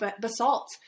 basalt